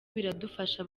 biradufasha